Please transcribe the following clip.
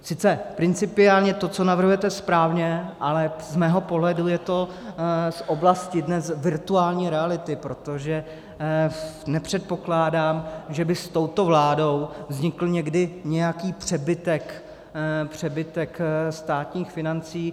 Sice principiálně to, co navrhujete, je správně, ale z mého pohledu je to z oblasti dnes virtuální reality, protože nepředpokládám, že by s touto vládou vznikl někdy nějaký přebytek státních financí.